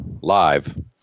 live